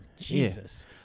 Jesus